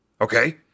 Okay